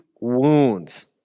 wounds